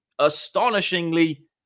astonishingly